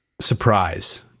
surprise